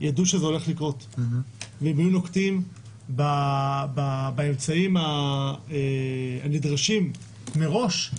ידעו שזה הולך לקרות ואם היו נוקטים באמצעים הנדרשים מראש,